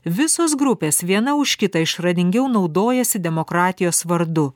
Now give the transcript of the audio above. visos grupės viena už kitą išradingiau naudojasi demokratijos vardu